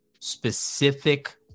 specific